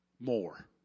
more